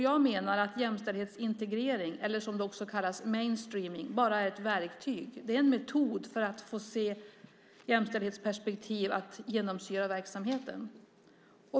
Jag menar att jämställdhetsintegrering, eller som det också kallas mainstreaming , bara är ett verktyg. Det är en metod för att få jämställdhetsperspektiv att genomsyra verksamheten.